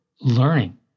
learning